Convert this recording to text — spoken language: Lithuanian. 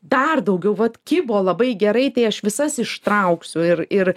dar daugiau vat kibo labai gerai tai aš visas ištrauksiu ir ir